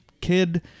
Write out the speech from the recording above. kid